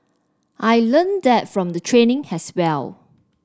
I learnt that from the training as well